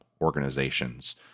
organizations